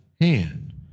hand